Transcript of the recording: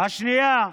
השנייה,